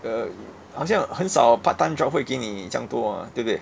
uh 好像很少 part time job 会给你这样多对不对